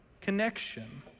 connection